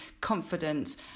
confidence